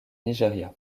nigeria